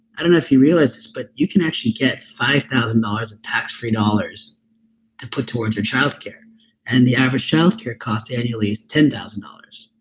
i don't know if you realize this but you can actually get five thousand dollars of tax free dollars to put towards your childcare and the average childcare cost annually is ten thousand dollars.